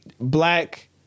Black